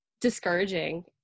discouraging